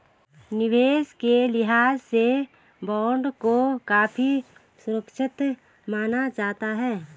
निवेश के लिहाज से बॉन्ड को काफी सुरक्षित माना जाता है